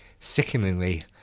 Sickeningly